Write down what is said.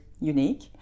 unique